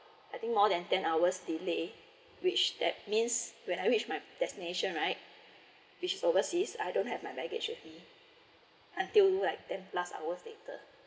and more than ten hours delay which that means when I reach my destination right which is overseas I don't have my package with me until like ten hours later